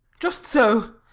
just so.